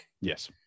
yes